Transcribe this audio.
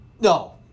No